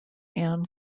ann